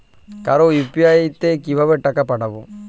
কারো ইউ.পি.আই তে কিভাবে টাকা পাঠাবো?